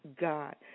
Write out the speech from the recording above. God